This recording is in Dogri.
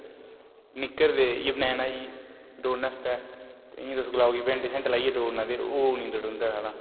नि्कर ते इयै वनेन आई गेई दौड़ने आस्ते ते इयां तुस पेंट शेंट लाइयै दौड़ना ते ओह् नेईं दड़ोंदा ऐ साढ़े कोला